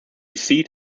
seat